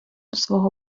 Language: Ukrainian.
свого